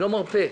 לא מרפה.